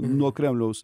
nuo kremliaus